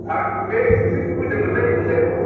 आं बेखौसो लुबैदोंमोनलै एसे